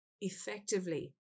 effectively